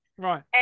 Right